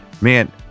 Man